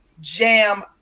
jam